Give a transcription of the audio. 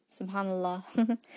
subhanAllah